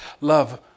Love